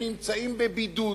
שנמצאים בבידוד,